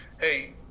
hey